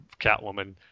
catwoman